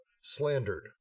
Slandered